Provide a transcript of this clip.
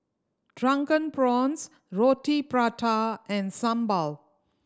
Drunken Prawns Roti Prata and sambal